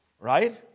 right